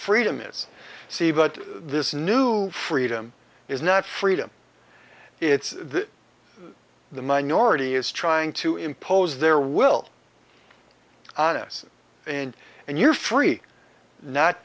freedom is see but this new freedom is not freedom it's the minority is trying to impose their will on us and and you're free not